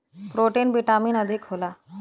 protein vitamin अधिक होला